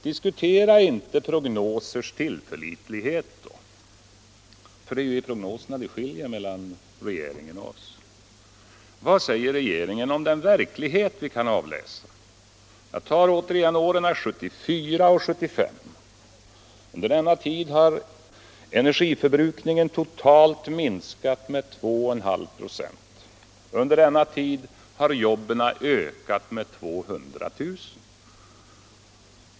Diskutera inte prognosers tillförlitlighet — för det är ju i prognoserna det skiljer mellan regeringen och oss. Vad säger regeringen om den verklighet vi kan avläsa i form av siffror? Jag tar återigen åren 1974 och 1975: under denna tid har energiförbrukningen totalt minskat med 2,5 ”., och samtidigt har antalet jobb ökat med 200 000.